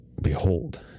behold